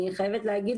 אני חייבת להגיד